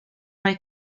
mai